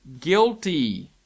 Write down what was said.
Guilty